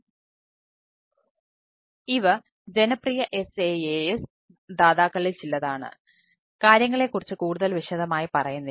അതിനാൽ ഇവ ജനപ്രിയ SaaS ദാതാക്കളിൽ ചിലതാണ് കാര്യങ്ങളെക്കുറിച്ച് കൂടുതൽ വിശദമായി പറയുന്നില്ല